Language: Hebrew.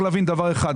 להבין דבר אחד,